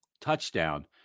touchdown